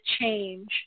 change